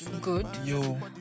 good